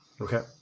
Okay